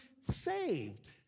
saved